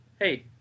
hey